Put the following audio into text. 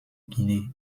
guinée